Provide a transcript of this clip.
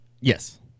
Yes